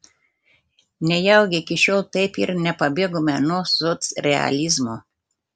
nejaugi iki šiol taip ir nepabėgome nuo socrealizmo